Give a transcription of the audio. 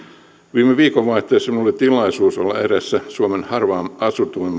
viime viikonvaihteessa minulla oli tilaisuus olla vierailulla eräässä suomen harvimmin asutuista